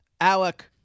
Alec